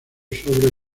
sobre